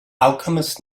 alchemist